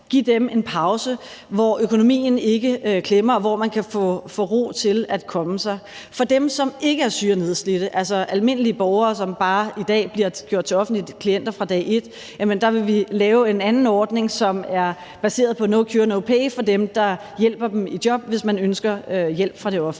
– får en pause, hvor økonomien ikke klemmer, og hvor man kan få ro til at komme sig. For dem, som ikke er syge og nedslidte, altså almindelige borgere, som bare i dag bliver gjort til offentlige klienter fra dag et, vil vi lave en anden ordning, som er baseret på no cure, no pay for dem, der hjælper dem i job, hvis man ønsker hjælp fra det offentlige.